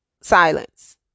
silence